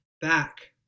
back